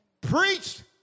Preached